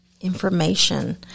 information